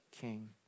king